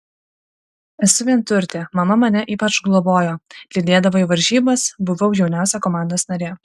esu vienturtė mama mane ypač globojo lydėdavo į varžybas buvau jauniausia komandos narė